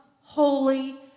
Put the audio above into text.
holy